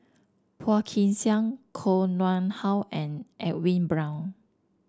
Phua Kin Siang Koh Nguang How and Edwin Brown